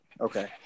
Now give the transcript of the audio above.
Okay